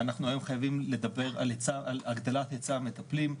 אנחנו היום חייבים לדבר על הגדלת היצע המטפלים,